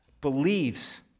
believes